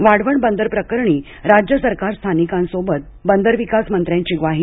वाढवण बंदर प्रकरणी राज्य सरकार स्थानिकांसोबत बंदरविकास मंत्र्यांची ग्वाही